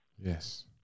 Yes